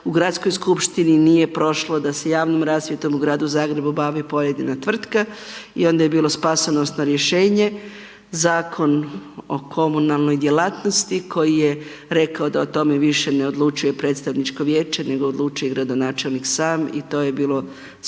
u Gradskoj skupštini nije prošlo da se javnom rasvjetom u Gradu Zagrebu bavi pojedina tvrtka i onda je bilo spasonosno rješenje Zakon o komunalnoj djelatnosti koji je rekao da o tome više ne odlučuje predstavničko vijeće, nego odlučuje gradonačelnik sam i to je bilo spasonosno